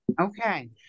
Okay